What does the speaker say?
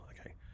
okay